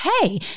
Hey